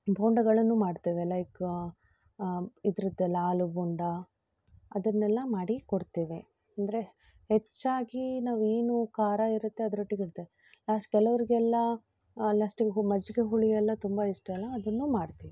ಬೋಂಡಗಳನ್ನು ಮಾಡ್ತೇವೆ ಲೈಕ್ ಇದರದ್ದೆಲ್ಲ ಆಲು ಬೋಂಡ ಅದನ್ನೆಲ್ಲ ಮಾಡಿ ಕೊಡ್ತೇವೆ ಅಂದರೆ ಹೆಚ್ಚಾಗಿ ನಾವೇನು ಖಾರ ಇರುತ್ತೆ ಅದರೊಟ್ಟಿಗಿರ್ತವೆ ಲಾಸ್ಟ್ ಕೆಲವ್ರಿಗೆಲ್ಲ ಲಾಸ್ಟಿಗೆ ಮಜ್ಜಿಗೆ ಹುಳಿ ಎಲ್ಲ ತುಂಬ ಇಷ್ಟ ಅಲ್ಲ ಅದನ್ನೂ ಮಾಡ್ತೀವಿ